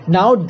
now